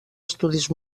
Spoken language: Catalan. estudis